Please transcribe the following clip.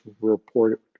report